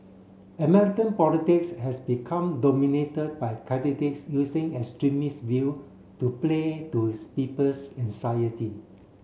American politics has become dominated by candidates using extremist view to play to people's anxiety